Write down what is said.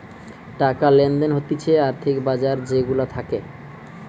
টাকা লেনদেন হতিছে আর্থিক বাজার যে গুলা থাকে